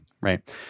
right